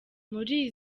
muri